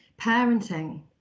parenting